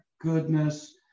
goodness